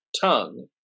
tongue